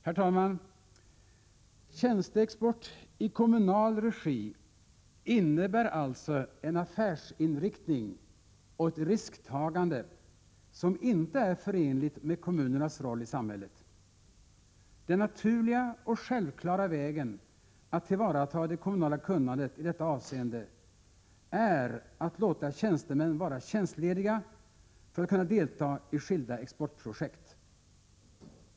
Herr talman! Tjänsteexport i kommunal regi innebär alltså en affärsinriktning och ett risktagande som inte är förenligt med kommunernas roll i samhället. Den naturliga och självklara vägen att tillvarata det kommunala kunnandet i detta avseende är att låta tjänstemän vara tjänstlediga för att kunna delta i skilda exportprojekt.